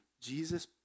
Jesus